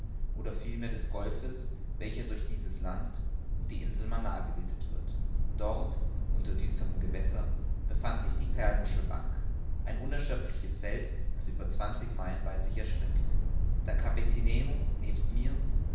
oder vielmehr des golfes welcher durch dieses land und die insel manaar gebildet wird dort unter düsterem gewässer befand sich die perlmuschelbank ein unerschöpfliches feld das über zwanzig meilen weit sich erstreckt der kapitän nemo nebst mir